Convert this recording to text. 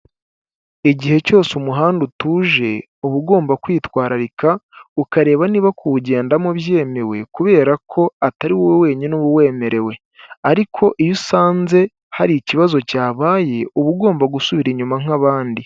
Igihe cyose umuhanda utuje uba ugomba kwitwararika ukareba niba kuwugendamo byemewe kubera ko atari wowe wenyine uba wemerewe, ariko iyo usanze hari ikibazo cyabaye uba ugomba gusubira inyuma nk'abandi.